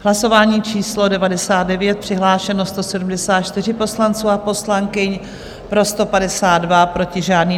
Hlasování číslo 99, přihlášeno 174 poslanců a poslankyň, pro 152, proti žádný.